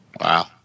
Wow